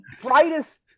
brightest